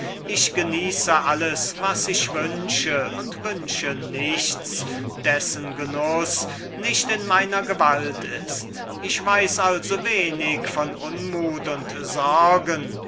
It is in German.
ich genieße alles was ich wünsche und wünsche nichts dessen genuß nicht in meiner gewalt ist ich weiß also wenig von unmut und sorgen